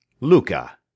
Luca